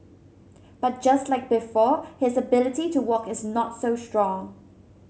but just like before his ability to walk is not so strong